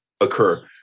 occur